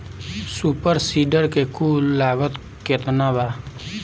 Super seeder के कुल लागत केतना बा?